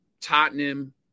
Tottenham